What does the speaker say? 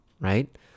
right